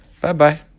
bye-bye